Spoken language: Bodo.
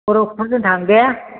बर' फोथारजों थां दे